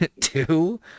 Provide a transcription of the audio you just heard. two